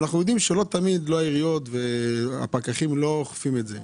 אנחנו גם יודעים שלא תמיד הפקחים של העיריות אוכפים את זה.